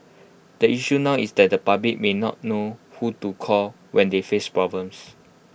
the issue now is that the public may not know who to call when they face problems